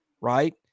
right